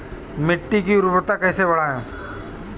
मिट्टी की उर्वरता कैसे बढ़ाएँ?